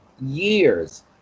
years